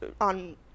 on